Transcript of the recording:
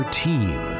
team